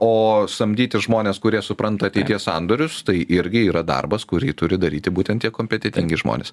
o samdyti žmonės kurie supranta ateities sandorius tai irgi yra darbas kurį turi daryti būtent tie kompetentingi žmonės